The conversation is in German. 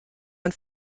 man